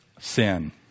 sin